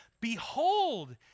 Behold